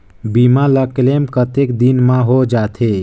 बीमा ला क्लेम कतेक दिन मां हों जाथे?